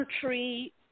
country